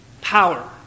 power